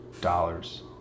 dollars